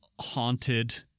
haunted